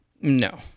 No